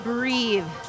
Breathe